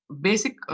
basic